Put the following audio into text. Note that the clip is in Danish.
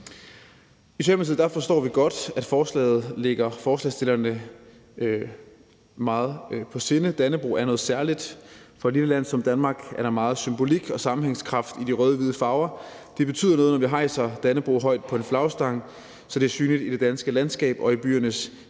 forstår vi godt, at forslaget ligger forslagsstillerne meget på sinde. Dannebrog er noget særligt; for et lille land som Danmark er der meget symbolik og sammenhængskraft i de rød-hvide farver. Det betyder noget, når vi hejser Dannebrog højt på en flagstang, så det er synligt i det danske landskab og i byernes gadebillede.